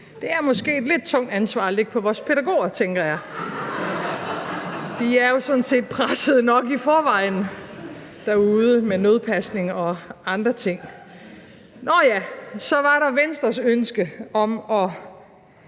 Det er måske et lidt tungt ansvar at lægge på vores pædagoger, tænker jeg. De er jo sådan set pressede nok i forvejen derude med nødpasning og andre ting. Kl. 22:37 Nå ja, så var der Venstres ønske om at